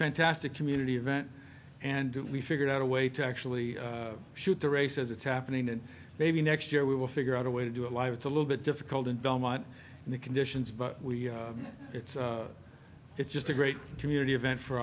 fantastic community event and we figured out a way to actually shoot the race as it's happening and maybe next year we will figure out a way to do it live it's a little bit difficult in belmont and the conditions but it's it's just a great community event for